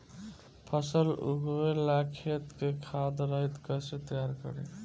फसल उगवे ला खेत के खाद रहित कैसे तैयार करी?